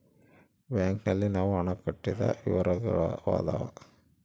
bank ನಲ್ಲಿ ನಾವು ಹಣ ಕಟ್ಟಿದ ವಿವರವಾಗ್ಯಾದ